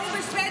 ההוא בשבדיה,